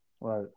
Right